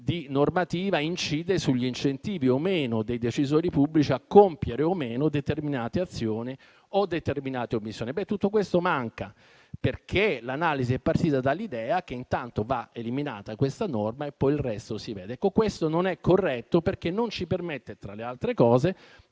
di normativa incida sugli incentivi o meno dei decisori pubblici a compiere o no determinate azioni od omissioni. Tutto questo manca, perché l'analisi è partita dall'idea che intanto va eliminata questa norma e poi il resto si vede. Ecco, questo non è corretto, perché non ci permette, tra le altre cose,